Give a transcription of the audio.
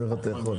איך אתה יכול?